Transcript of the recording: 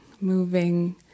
moving